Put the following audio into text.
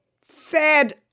fed